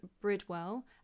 Bridwell